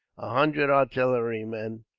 a hundred artillerymen,